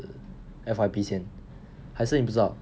F_Y_P 先还是你不知道